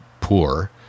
poor